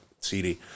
CD